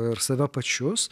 ir save pačius